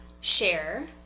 share